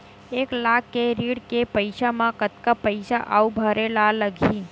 एक लाख के ऋण के पईसा म कतका पईसा आऊ भरे ला लगही?